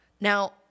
Now